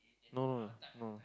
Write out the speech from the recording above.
no no no